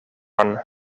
one